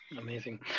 Amazing